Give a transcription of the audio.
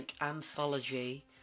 anthology